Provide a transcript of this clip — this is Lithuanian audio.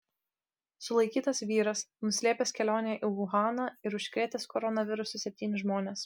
sulaikytas vyras nuslėpęs kelionę į uhaną ir užkrėtęs koronavirusu septynis žmones